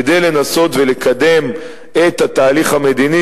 כדי לנסות ולקדם את התהליך המדיני,